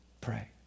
pray